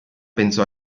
pensò